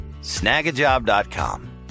snagajob.com